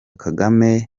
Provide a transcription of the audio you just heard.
kagame